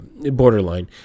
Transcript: borderline